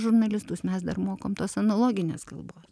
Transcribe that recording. žurnalistus mes dar mokam tos analoginės kalbos